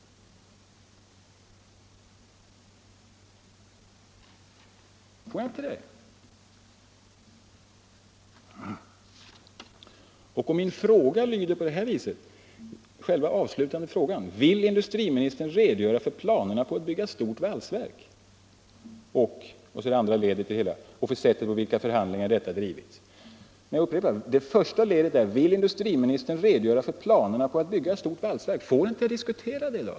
Får jag inte det? Min avslutande fråga i interpellationen lyder på detta sätt: ”Vill industriministern redogöra för planerna på att bygga ett stort valsverk och” —-—-=— vilket är det andra ledet -—-- ”för sättet på vilket olika förhandlingar i denna fråga drivits”? Jag upprepar att första ledet av min fråga lyder: ”Vill industriministern redogöra för planerna på att bygga ett stort valsverk”? Får jag då inte diskutera det?